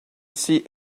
see